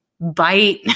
bite